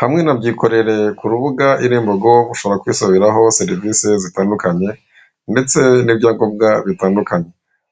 Hamwe na byikorere ku rubuga irembo.gov ushobora kwisabiraho serivise zitandukanye ndetse n'ibyangombwa bitandukanye,